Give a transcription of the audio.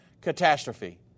catastrophe